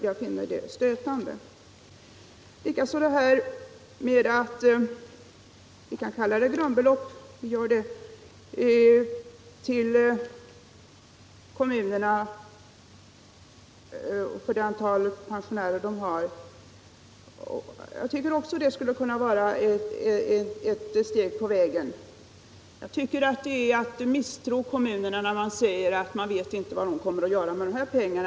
Jag tycker också att det s.k. grundbeloppet till kommunerna skulle kunna vara ett steg på vägen. Det är att misstro kommunerna när man säger att man inte vet vad de kommer att göra med de här pengarna.